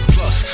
Plus